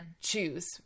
Choose